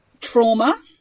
trauma